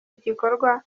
igikorwa